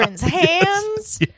hands